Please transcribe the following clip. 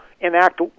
enact